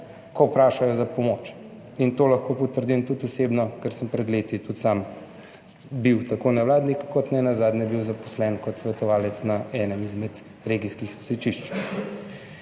ko vprašajo za pomoč in to lahko potrdim tudi osebno, ker sem pred leti tudi sam bil tako nevladnik kot nenazadnje bil zaposlen kot svetovalec na enem izmed regijskih stičišč,